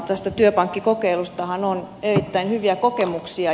tästä työpankkikokeilustahan on erittäin hyviä kokemuksia